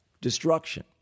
destruction